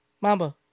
Mamba